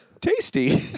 Tasty